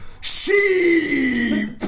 sheep